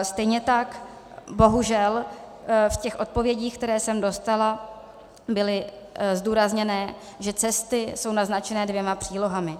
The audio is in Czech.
Stejně tak bohužel v těch odpovědích, které jsem dostala, bylo zdůrazněné, že cesty jsou naznačené dvěma přílohami.